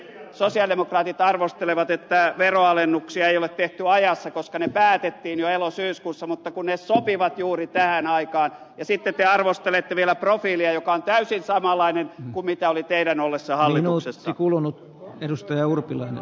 sosialidemokraatit arvostelevat että veronalennuksia ei ole tehty ajassa koska ne päätettiin jo elosyyskuussa mutta ne sopivat juuri tähän aikaan ja sitten te arvostelette vielä profiilia joka on täysin samanlainen kuin oli teidän ollessanne hallituksessa